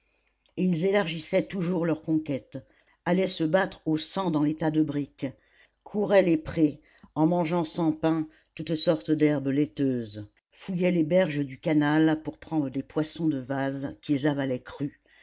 ils élargissaient toujours leurs conquêtes allaient se battre au sang dans les tas de briques couraient les prés en mangeant sans pain toutes sortes d'herbes laiteuses fouillaient les berges du canal pour prendre des poissons de vase qu'ils avalaient crus